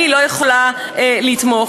אני לא יכולה לתמוך.